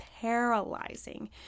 paralyzing